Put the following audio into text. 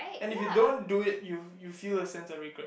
and if you don't do it you you feel a sense of regret